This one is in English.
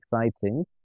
exciting